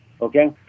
Okay